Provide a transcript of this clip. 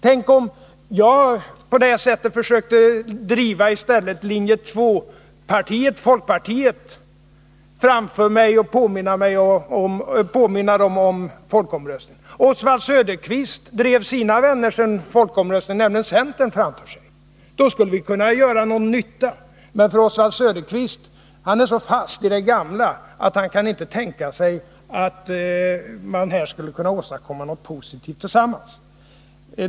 Tänk om jag i stället försökte driva folkpartiet, som jag samarbetade med i linje 2, framför mig och påminna dem om folkomröstningen, och tänk om Oswald Söderqvist drev sina vänner från folkomröstningen, centern, framför sig — då skulle vi kunna göra nytta. Men Oswald Söderqvist är så fast i det gamla att han inte kan tänka sig att man här skulle kunna åstadkomma något positivt tillsammans.